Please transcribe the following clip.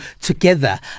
together